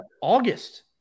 August